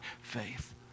faith